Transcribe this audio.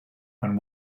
and